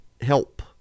help